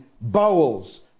bowels